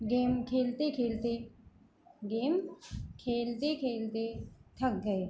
game खेलते खेलते game खेलते खेलते थक गए